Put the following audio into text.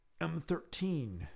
M13